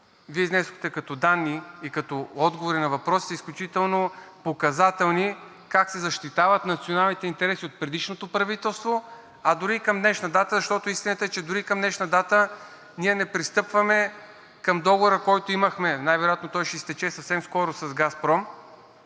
Вие изнесохте като данни и като отговори на въпросите, е изключително показателно как се защитават националните интереси от предишното правителство, а дори и към днешна дата, защото истината е, че дори към днешна дата ние не пристъпваме към Договора, който имахме, най-вероятно той ще изтече съвсем скоро, с „Газпром“,